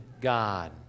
God